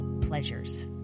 pleasures